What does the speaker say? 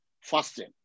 fasting